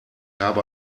habe